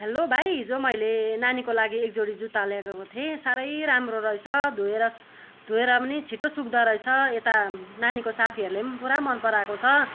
hello भाइ हिजो मैले नानीको लागि एक जोडी जुत्ता लिएर गएको थिएँ साह्रै राम्रो रहेछ धोएर धोएर पनि छिटो सुक्दोरहेछ यता नानीको साथीहरूले पनि पुरा मनपराएको छ